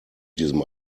diesem